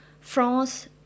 France